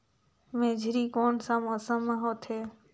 मेझरी कोन सा मौसम मां होथे?